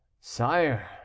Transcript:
sire